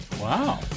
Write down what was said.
Wow